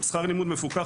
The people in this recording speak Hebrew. שכר לימוד מפוקח,